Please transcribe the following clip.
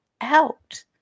out